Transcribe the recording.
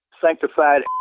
sanctified